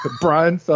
Brian